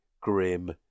grim